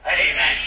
Amen